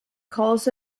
calls